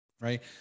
Right